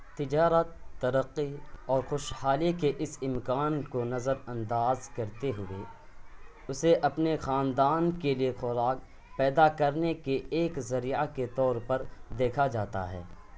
تجارت ترقی اور خوش حالی کے اس کے امکان کو نظر انداز کرتے ہوئے اسے اپنے خاندان کے لیے خوراک پیدا کرنے کے ایک ذریعہ کے طور پر دیکھا جاتا ہے